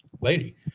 lady